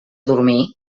dormir